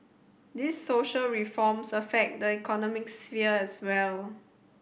these social reforms affect the economic sphere as well